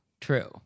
True